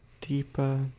deeper